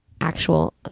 actual